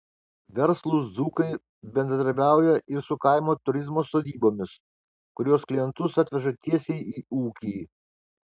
verslūs dzūkai bendradarbiauja ir su kaimo turizmo sodybomis kurios klientus atveža tiesiai į ūkį